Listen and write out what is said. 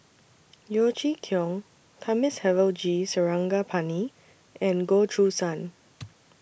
Yeo Chee Kiong Thamizhavel G Sarangapani and Goh Choo San